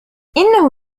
إنه